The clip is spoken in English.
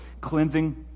cleansing